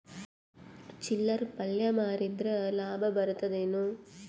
ಚಿಲ್ಲರ್ ಪಲ್ಯ ಮಾರಿದ್ರ ಲಾಭ ಬರತದ ಏನು?